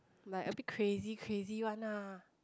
like a bit crazy crazy one lah